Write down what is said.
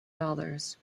dollars